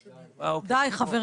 התשי"ט-1959 (נוסח משולב) (להלן החוק העיקרי),